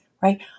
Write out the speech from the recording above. right